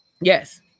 Yes